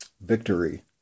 victory